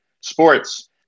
Sports